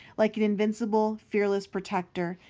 like an invincible, fearless protector,